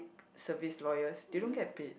service lawyers they don't get paid